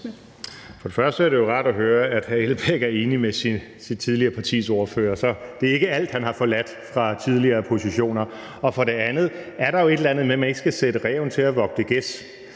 For det første er det jo rart at høre, at hr. Uffe Elbæk er enig med sit tidligere partis ordfører. Så det er ikke alt, han har forladt, fra tidligere positioner. Og for det andet er der jo et eller andet med, at man ikke skal sætte ræven til at vogte gæs,